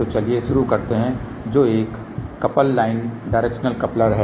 तो चलिए शुरू करते हैं जो एक कपल लाइन डायरेक्शनल कपलर हैं